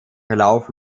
verlauf